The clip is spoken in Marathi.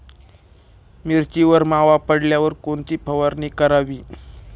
मिरचीवर मावा पडल्यावर कोणती फवारणी करावी?